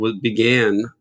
began